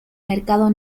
mercado